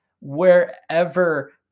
wherever